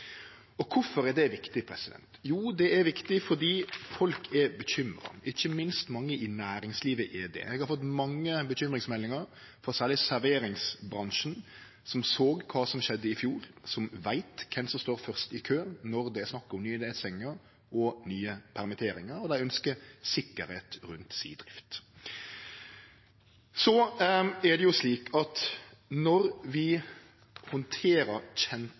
er det viktig? Jo, det er viktig fordi folk er bekymra. Ikkje minst er mange i næringslivet det. Eg har fått mange bekymringsmeldingar frå særleg serveringsbransjen, som såg kva som skjedde i fjor, som veit kven som står først i køen når det er snakk om nye nedstengingar og nye permitteringar, og dei ønskjer sikkerheit rundt drifta si. Så er det slik at når vi